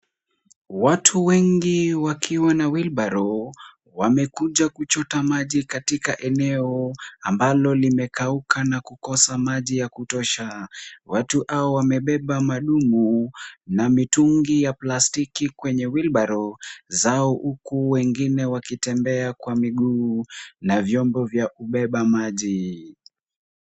Watu wengi wakiwa na wheelbarrow , wamekuja kuchota maji katika eneo ambalo limekauka na kukosa maji ya kutosha. Watu hawa wamebeba madungu na mitungi ya plastiki kwenye wheelbarrow zao, huku wengine wakitembea kwa miguu na vyombo za kubeba maji.